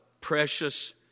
precious